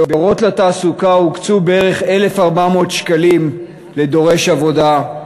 ב"אורות לתעסוקה" הוקצו בערך 1,400 שקלים לדורש עבודה,